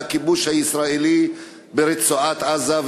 והכיבוש הישראלי ברצועת-עזה,